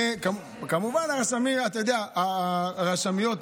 כמובן גם לרשמות,